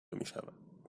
میشود